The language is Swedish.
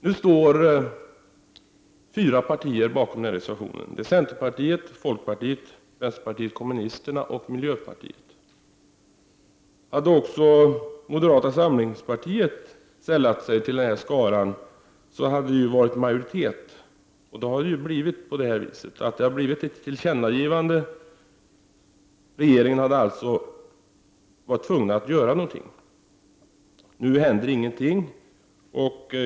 Nu står fyra partier bakom reservationen. De är centerpartiet, folkpartiet, vänsterpartiet kommunisterna och miljöpartiet. Hade också moderata samlingspartiet sällat sig till skaran, hade vi varit i majoritet, och då hade det blivit ett tillkännagivande. Regeringen hade alltså varit tvungen att göra någonting. Nu händer ingenting.